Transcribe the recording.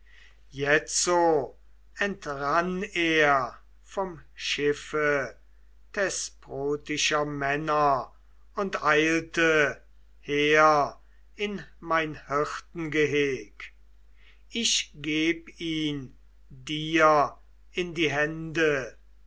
jetzo entrann er vom schiffe thesprotischer männer und eilte her in mein hirtengeheg ich geb ihn dir in die hände